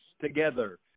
together